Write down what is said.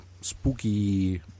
spooky